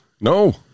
No